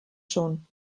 schon